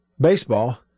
baseball